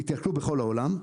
התייקרו בכל העולם.